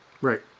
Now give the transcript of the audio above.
Right